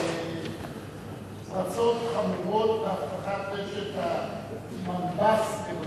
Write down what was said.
פרצות חמורות באבטחת רשת מנב"ס בבתי-הספר.